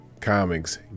comics